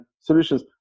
solutions